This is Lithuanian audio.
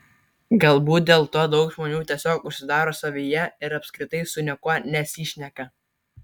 galbūt dėl to daug žmonių tiesiog užsidaro savyje ir apskritai su niekuo nesišneka